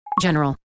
general